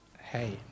Hey